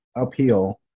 uphill